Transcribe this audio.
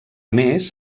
més